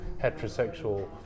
heterosexual